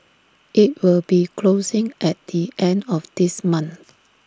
IT will be closing at the end of this month